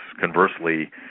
conversely